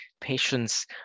patients